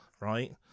Right